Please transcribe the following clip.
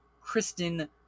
Kristen